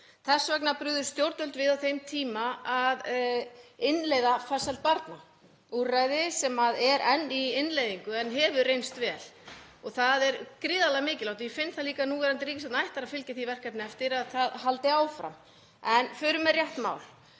Þess vegna brugðust stjórnvöld við á þeim tíma með því að innleiða farsæld barna, úrræði sem er enn í innleiðingu en hefur reynst vel. Það er gríðarlega mikilvægt og ég finn það líka að núverandi ríkisstjórn ætlar að fylgja því verkefni eftir að það haldi áfram en förum með rétt mál.